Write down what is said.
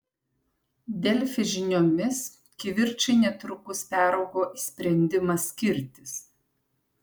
delfi žiniomis kivirčai netrukus peraugo į sprendimą skirtis